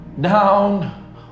down